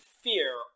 fear